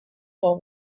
for